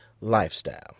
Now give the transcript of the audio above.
lifestyle